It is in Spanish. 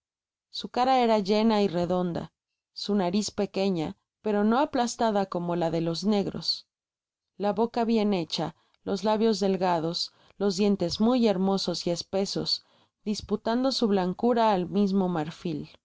su cara era llena y redonda su nariz pequeña pero no aplastada como la de los negros la boca bienhecha los labios delgados los dientes muy hermosos y espesos disputando su blancura al mism o marfil